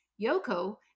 Yoko